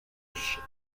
riches